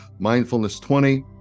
Mindfulness20